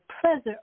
pleasure